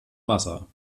wasser